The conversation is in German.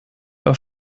auf